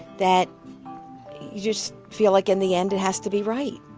that you just feel like in the end, it has to be right.